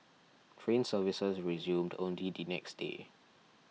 train services resumed only the next day